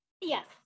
Yes